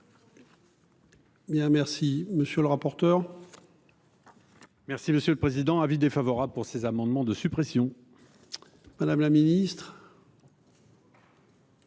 monsieur le rapporteur. Merci, monsieur le Président, avis défavorable pour ces amendements de suppression. Madame la Ministre.